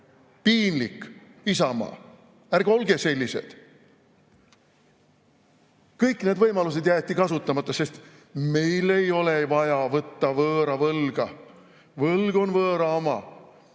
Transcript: Piinlik, Isamaa. Ärge olge sellised! Kõik need võimalused jäeti kasutamata, sest meil ei ole vaja võtta võõra võlga. Võlg on võõra oma.